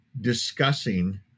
discussing